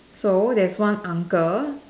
so there's one uncle